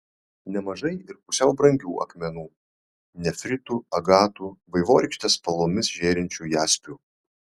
nemažai ir pusiau brangių akmenų nefritų agatų vaivorykštės spalvomis žėrinčių jaspių